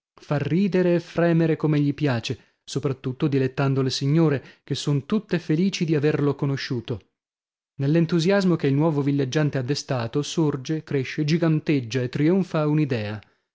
fa ridere e fremere come gli piace sopra tutto dilettando le signore che son tutte felici di averlo conosciuto nell'entusiasmo che il nuovo villeggiante ha destato sorge cresce giganteggia e trionfa